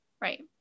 Right